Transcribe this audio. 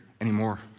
anymore